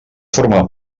forma